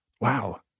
Wow